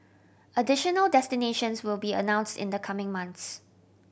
additional destinations will be announced in the coming months